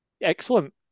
Excellent